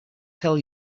tell